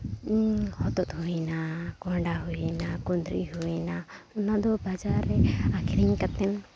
ᱦᱚᱛᱚᱫ ᱦᱩᱭᱱᱟ ᱠᱚᱸᱦᱰᱟ ᱦᱩᱭᱱᱟ ᱠᱩᱸᱫᱽᱨᱤ ᱦᱩᱭᱱᱟ ᱚᱱᱟ ᱫᱚ ᱵᱟᱡᱟᱨ ᱨᱮ ᱟᱠᱷᱨᱤᱧ ᱠᱟᱛᱮᱫ